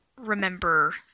remember